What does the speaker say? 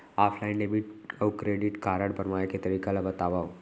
Offline debit अऊ credit card बनवाए के तरीका ल बतावव?